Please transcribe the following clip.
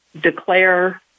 declare